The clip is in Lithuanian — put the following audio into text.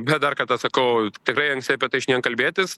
bet dar kartą sakau tikrai anksti apie tai šiandien kalbėtis